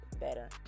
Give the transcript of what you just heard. better